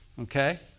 Okay